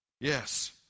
Yes